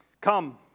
Come